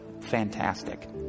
fantastic